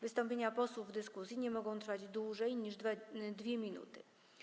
Wystąpienia posłów w dyskusji nie mogą trwać dłużej niż 2 minuty.